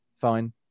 fine